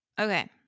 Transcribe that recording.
Okay